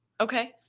okay